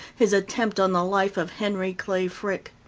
his attempt on the life of henry clay frick.